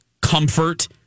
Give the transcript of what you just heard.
comfort